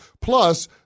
Plus